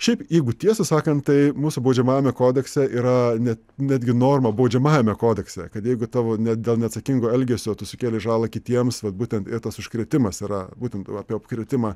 šiaip jeigu tiesą sakant tai mūsų baudžiamajame kodekse yra net netgi norma baudžiamajame kodekse kad jeigu tavo ne dėl neatsakingo elgesio tu sukėlei žalą kitiems vat būtent ir tas užkrėtimas yra būtent apie apkrėtimą